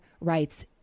writes